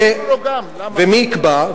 ומי יקבע?